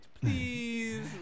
Please